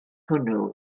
hwnnw